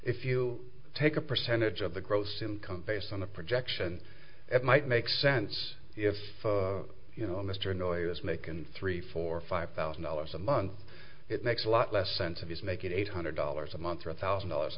if you take a percentage of the gross income based on the projection it might make sense if you know mr noir is making three four five thousand dollars a month it makes a lot less sense of he's making eight hundred dollars a month three thousand dollars a